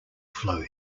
flow